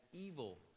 evil